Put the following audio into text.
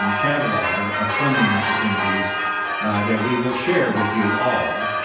um catalog of funding opportunities that we will share with you all.